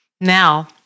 Now